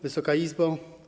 Wysoka Izbo!